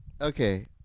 okay